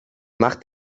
mach